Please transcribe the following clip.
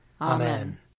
Amen